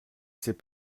s’est